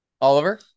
Oliver